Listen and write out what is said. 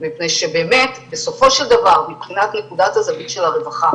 מפני שבאמת בסופו של דבר מבחינת נקודת הזווית של הרווחה